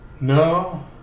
No